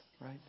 right